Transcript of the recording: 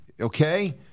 Okay